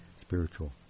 spiritual